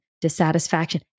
dissatisfaction